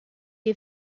est